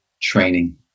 training